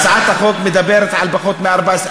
הצעת החוק מדברת על פחות מ-14.